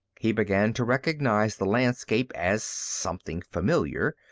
he began to recognize the landscape as something familiar,